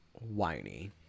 whiny